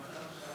אדוני היושב-ראש,